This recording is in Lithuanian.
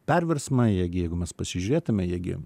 perversmą jie gi jeigu mes pasižiūrėtume jie gi